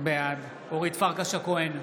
בעד אורית פרקש הכהן,